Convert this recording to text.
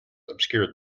obscured